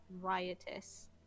riotous